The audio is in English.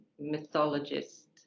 mythologist